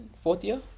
Fourth-year